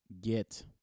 get